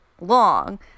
long